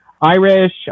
irish